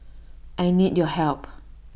I need your help